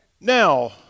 Now